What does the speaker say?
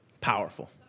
Powerful